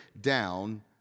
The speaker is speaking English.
down